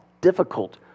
difficult